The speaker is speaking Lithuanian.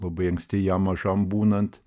labai anksti jam mažam būnant